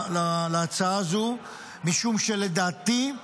אני הצטרפתי להצעה הזו משום שלדעתי,